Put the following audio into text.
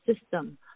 system